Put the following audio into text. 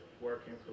working